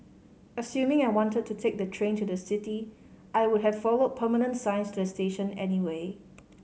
assuming I wanted to take the train to the city I would have followed permanent signs to the station anyway